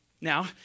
Now